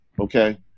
Okay